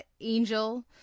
angel